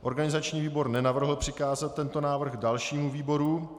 Organizační výbor nenavrhl přikázat tento návrh dalšímu výboru.